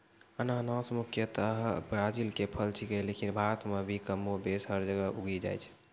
अनानस मुख्यतया ब्राजील के फल छेकै लेकिन भारत मॅ भी कमोबेश हर जगह उगी जाय छै